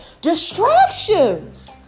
Distractions